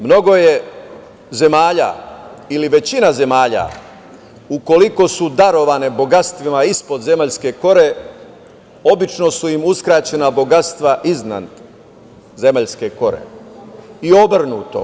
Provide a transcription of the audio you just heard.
Mnogo zemalja ili većina zemalja, ukoliko su darovane bogatstvima ispod zemaljske kore, obično su im uskraćena bogatstva iznad zemaljske kore i obrnuto,